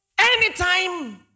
Anytime